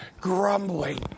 grumbling